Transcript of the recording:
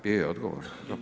Bio je odgovor?